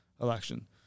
election